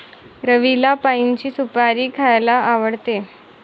रवीला पाइनची सुपारी खायला आवडते